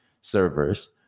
servers